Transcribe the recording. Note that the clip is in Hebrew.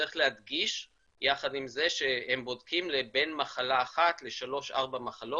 צריך להדגיש יחד עם זה שהם בודקים בין מחלה אחת לבין שלוש-ארבע מחלות.